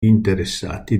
interessati